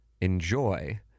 enjoy